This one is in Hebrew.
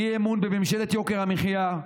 אי-אמון בממשלת יוקר המחיה,